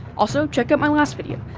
also check out my last video,